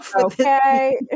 okay